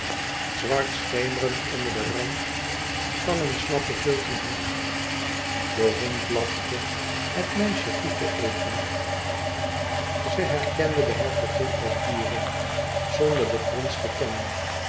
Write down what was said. zwart schemerend onder den rand van een slappen vilten hoed de hond blafte het meisje groette even ze herkende de hertogin als ure zonder den prins te kennen